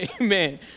Amen